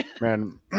Man